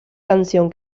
canción